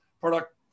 product